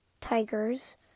Tigers